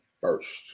first